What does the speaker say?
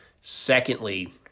Secondly